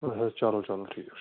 اَہَن حظ چلو چلو ٹھیٖک چھُ